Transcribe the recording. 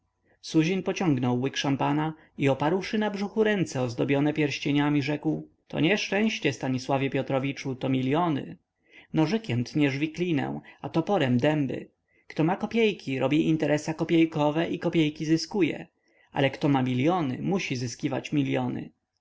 suzin pociągnął łyk szampana i oparłszy na brzuchu ręce ozdobione pierścieniami rzekł to nie szczęście stanisławie piotrowiczu to miliony nożykiem tniesz wiklinę a toporem dęby kto ma kopiejki robi interesa kopiejkowe i kopiejki zyskuje ale kto ma miliony musi zyskiwać miliony